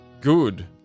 good